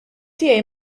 tiegħi